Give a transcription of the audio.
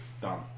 done